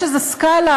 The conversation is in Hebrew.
יש איזו סקאלה,